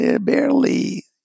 barely